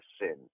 sin